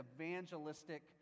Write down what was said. evangelistic